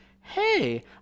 Hey